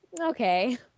okay